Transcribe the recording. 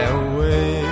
away